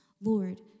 Lord